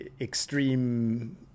extreme